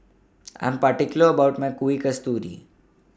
I Am particular about My Kuih Kasturi